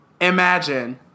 imagine